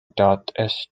dot